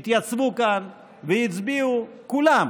התייצבו כאן והצביעו כולם,